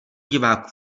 diváků